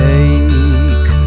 Take